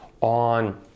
on